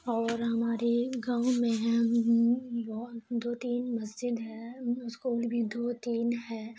اور ہماری گاؤں میں بہت دو تین مسجد ہے اسکول بھی دو تین ہے